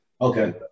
Okay